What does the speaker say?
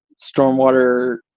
stormwater